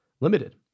limited